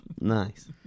Nice